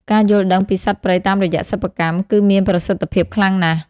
ការយល់ដឹងពីសត្វព្រៃតាមរយៈសិប្បកម្ម គឺមានប្រសិទ្ធភាពខ្លាំងណាស់។